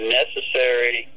necessary